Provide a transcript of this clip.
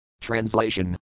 Translation